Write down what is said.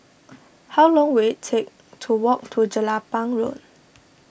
how long will it take to walk to Jelapang Road